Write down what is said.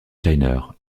steiner